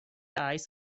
eyes